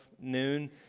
noon